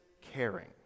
caring